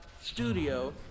studio